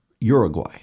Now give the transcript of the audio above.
Uruguay